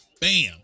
Bam